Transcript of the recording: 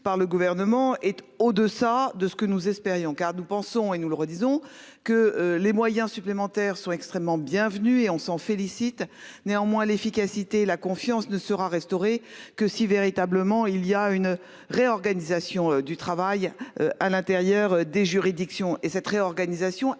par le gouvernement et de ça de ce que nous espérions car nous pensons et nous le redisons, que les moyens supplémentaires sont extrêmement bienvenue et on s'en félicite néanmoins l'efficacité, la confiance ne sera restaurée que si véritablement il y a une réorganisation du travail à l'intérieur des juridictions et cette réorganisation,